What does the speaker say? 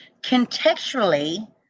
contextually